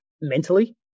mentally